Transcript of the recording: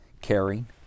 caring